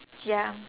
ya